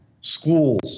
schools